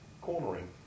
cornering